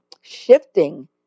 shifting